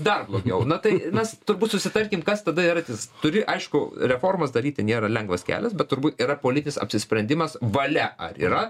dar blogiau na tai mes turbūt susitarkim kas tada eratis turi aišku reformas daryti nėra lengvas kelias bet turbūt yra politinis apsisprendimas valia ar yra